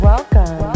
Welcome